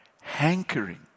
hankering